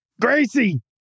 Gracie